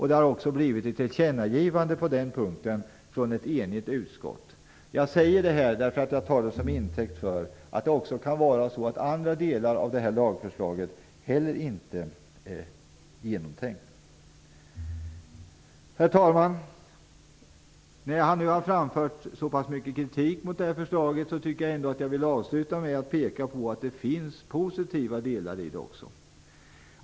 Det har också gjorts ett tillkännagivande på den punkten från ett enigt utskott. Jag säger detta eftersom jag tar det som intäkt för att även andra delar av lagförslaget kanske inte heller är så genomtänkta. Herr talman! Efter det att jag har framfört så mycket kritik mot förslaget vill jag avsluta med att peka på att det även finns positiva delar i det.